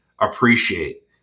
appreciate